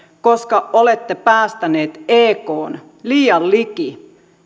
koska olette päästäneet ekn liian liki